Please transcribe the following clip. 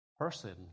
person